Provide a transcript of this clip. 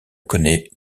connait